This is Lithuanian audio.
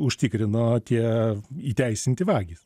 užtikrino tie įteisinti vagys